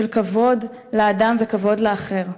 של כבוד לאדם וכבוד לאחר.